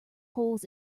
holes